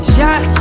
Shot